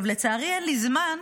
לצערי אין לי זמן,